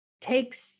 takes